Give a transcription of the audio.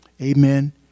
Amen